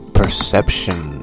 perception